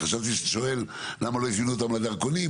חשבתי שאתה שואל למה לא הזמינו אותם לנושא הדרכונים,